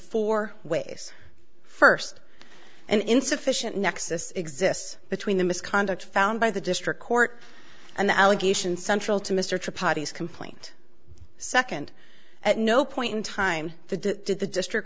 four ways first an insufficient nexus exists between the misconduct found by the district court and the allegation central to mr padi's complaint second at no point in time the did the district